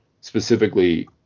specifically